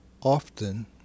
Often